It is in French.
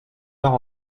heure